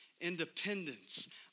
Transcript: independence